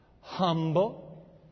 humble